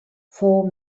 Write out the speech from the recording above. fou